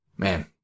Man